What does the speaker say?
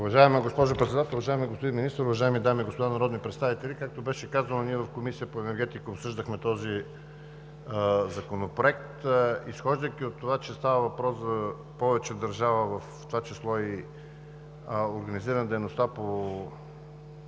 Уважаема госпожо Председател, уважаеми господин Министър, уважаеми дами и господа народни представители! Както беше казано, ние в Комисията по енергетика обсъждахме този законопроект. Изхождайки от това, че става въпрос за повече държава, в това число и организиране дейността